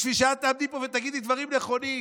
בשביל שאת תעמדי פה ותגידי דברים נכונים.